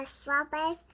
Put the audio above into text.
strawberries